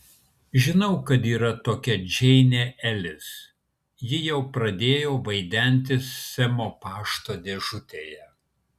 žinau kad yra tokia džeinė elis ji jau pradėjo vaidentis semo pašto dėžutėje